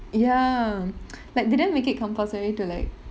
ya like they didn't make it compulsory to like